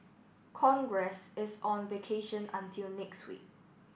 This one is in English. congress is on vacation until next week